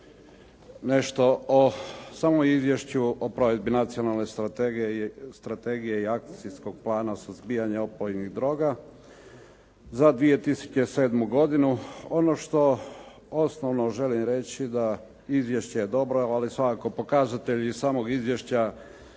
nešto o samom izvješću o provedbi nacionalne strategije i akcijskog plana suzbijanja opojnih droga za 2007. godinu. Ono što osnovno želim reći da izvješće je dobro, ali svakako pokazatelji samog izvješća